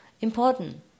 important